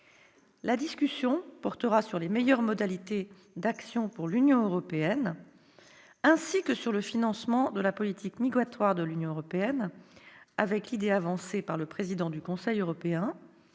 La discussion portera sur les meilleures modalités d'action pour l'Union européenne, ainsi que sur le financement de la politique migratoire de l'Union européenne. Le président du Conseil européen